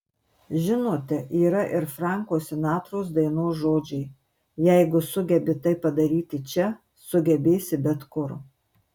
žinote yra ir franko sinatros dainos žodžiai jeigu sugebi tai padaryti čia sugebėsi bet kur